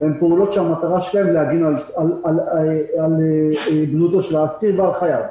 הן פעולות שמטרתן להגן על בריאותו של האסיר ועל חייו.